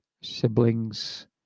siblings